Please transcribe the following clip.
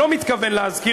אני לא מתכוון להזכיר,